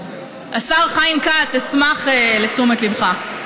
השר חיים כץ, אשמח לתשומת ליבך,